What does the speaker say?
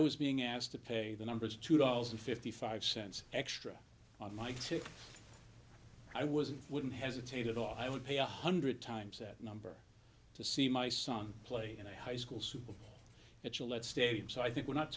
was being asked to pay the number two dollars and fifty five cents extra on my two i wasn't wouldn't hesitate at all i would pay one hundred times that number to see my son play in a high school super bowl that you let state so i think we're not